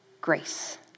grace